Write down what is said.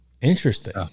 Interesting